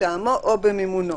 מטעמו או במימונו.